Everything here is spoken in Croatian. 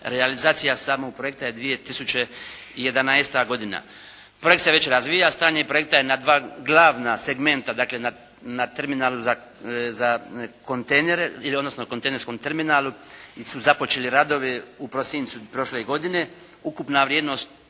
realizacija samog projekta je 2011. godina. Projekt se već razvija. Stanje projekta je na dva glavna segmenta dakle na terminalu za kontejnere ili odnosno kontejnerskom terminalu su započeli radovi u prosincu prošle godine. Ukupna vrijednost